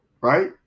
right